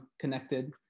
connected